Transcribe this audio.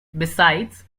besides